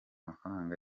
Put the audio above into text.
mafaranga